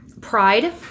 Pride